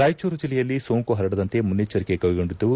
ರಾಯಚೂರು ಜಿಲ್ಲೆಯಲ್ಲಿ ಸೋಂಕು ಪರಡದಂತೆ ಮುನ್ನೆಚ್ಚರಿಕೆ ಕೈಗೊಂಡಿದ್ದು